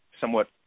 somewhat